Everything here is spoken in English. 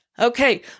Okay